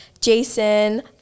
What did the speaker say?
Jason